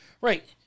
Right